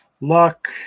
luck